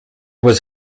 was